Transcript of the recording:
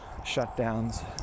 shutdowns